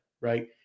right